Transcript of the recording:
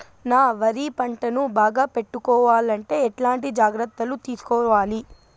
నా వరి పంటను బాగా పెట్టుకోవాలంటే ఎట్లాంటి జాగ్రత్త లు తీసుకోవాలి?